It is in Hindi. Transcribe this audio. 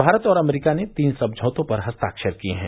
भारत और अमरीका ने तीन समझौतों पर हस्ताक्षर किये हैं